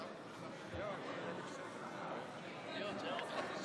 (קורא בשמות חברי